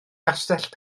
gastell